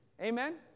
Amen